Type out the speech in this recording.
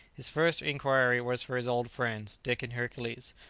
his first inquiry was for his old friends, dick and hercules,